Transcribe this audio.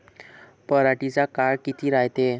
पराटीचा काळ किती रायते?